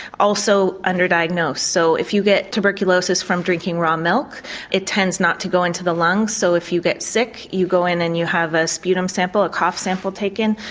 also under diagnosed so if you get tuberculosis from drinking raw milk it tends not to go into the lungs so if you get sick you go in and you have a sputum sample, a cough sample taken,